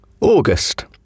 August